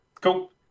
Cool